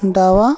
डावा